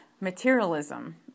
materialism